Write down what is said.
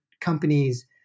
companies